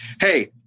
hey